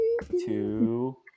Two